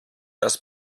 das